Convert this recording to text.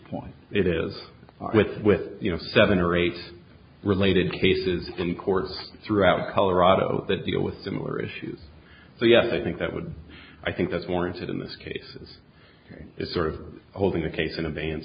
point it is with with you know seven or eight related cases in courts throughout colorado that deal with similar issues so yes i think that would i think that's warranted in this case it's sort of holding the case in advance